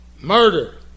Murder